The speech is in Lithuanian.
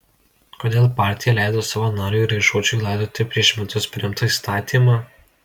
kodėl partija leido savo nariui raišuočiui laidoti prieš metus priimtą įstatymą